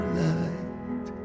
light